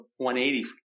180